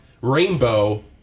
rainbow